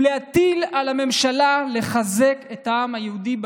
ולהטיל על הממשלה לחזק את העם היהודי בתפוצות,